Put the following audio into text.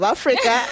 Africa